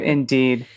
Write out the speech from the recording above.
indeed